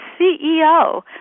CEO